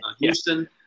Houston